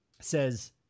says